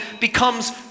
becomes